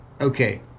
Okay